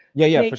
yeah, yeah, for